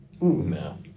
no